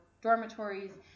dormitories